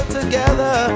together